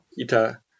ita